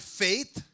faith